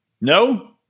no